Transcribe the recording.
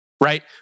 Right